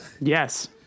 yes